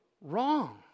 wrong